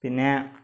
പിന്നെ